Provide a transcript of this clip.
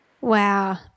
Wow